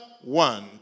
one